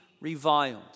reviled